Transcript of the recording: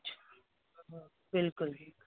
अच्छा बिल्कुल